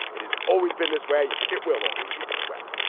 it has always been this way. it will always be this way.